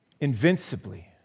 invincibly